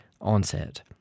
onset